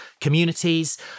communities